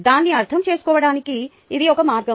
దాన్ని అర్థం చేసుకోవడానికి ఇది ఒక మార్గం